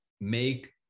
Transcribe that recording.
make